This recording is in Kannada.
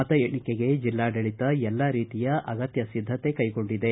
ಮತ ಎಣಿಕೆಗೆ ಜಿಲ್ಲಾಡಳಿತ ಎಲ್ಲಾ ರೀತಿಯ ಅಗತ್ಯ ಸಿದ್ದತೆಗಳನ್ನು ಕೈಗೊಂಡಿದೆ